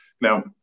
Now